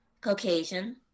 caucasian